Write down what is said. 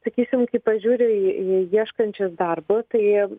sakysim kai pažiūri į į ieškančius darbo tai